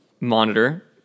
monitor